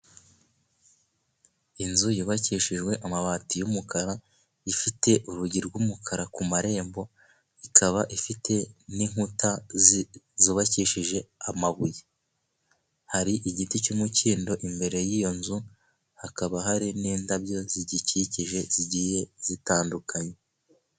Inzu yubakishijwe amabati y'umukara, ifite urugi rw'umukara ku marembo, ikaba ifite n'inkuta zubakishije amabuye. Hari igiti cy'umukindo imbere y'iyo nzu, hakaba hari n'indabyo zigikikije zigiye zitandukanye.